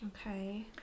okay